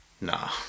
Nah